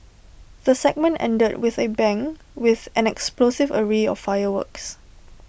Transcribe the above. the segment ended with A bang with an explosive array of fireworks